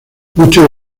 muchos